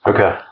Okay